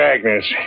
Agnes